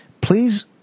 Please